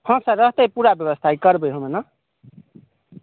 हॅं सर रहतै पूरा व्यवस्था करबै हम एना